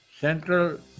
Central